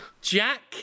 Jack